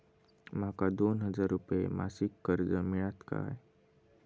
माका दोन हजार रुपये मासिक कर्ज मिळात काय?